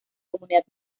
comunidad